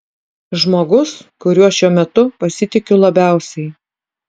žmogus kuriuo šiuo metu pasitikiu labiausiai